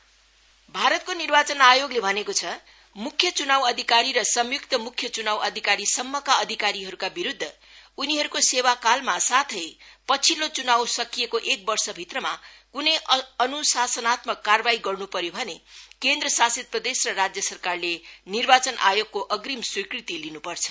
election commission भारतको निर्वाचन आयोगले भनेको छ मुख्य चुनाउ अधिकारी र संयुक्त मुख्य चुनाव अधिकारीसम्मका अधिकारीहरूका विरूद्ध उनीहरूको सेवाकालमा साथै पछिल्लो चुनाव सकिएको एक वर्षभित्रमा कुनै अनुशासनात्मक कार्वाही गर्नु पर्यो भने केन्द्रशासित प्रदेश र राज्य सरकारहरूले निर्वाचनआयोगको अग्रीम स्वीकृति लिनुपर्छ